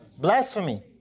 blasphemy